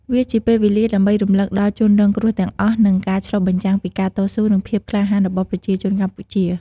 វាជាពេលវេលាដើម្បីរំលឹកដល់ជនរងគ្រោះទាំងអស់ និងជាការឆ្លុះបញ្ចាំងពីការតស៊ូ និងភាពក្លាហានរបស់ប្រជាជនកម្ពុជា។